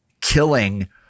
killing